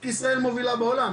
כי ישראל מובילה בעולם.